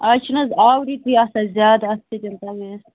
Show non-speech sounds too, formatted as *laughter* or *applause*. آز چھِنہٕ حظ آوٕری تُہۍ آسان زیادٕ اَتھ سۭتۍ *unintelligible*